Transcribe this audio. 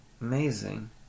Amazing